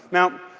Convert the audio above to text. now,